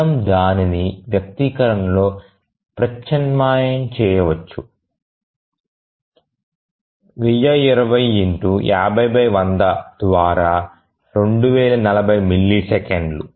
మనము దానిని వ్యక్తీకరణలో ప్రత్యామ్నాయం చేయవచ్చు 102050100 ద్వారా 2040 మిల్లీసెకన్లు